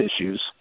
issues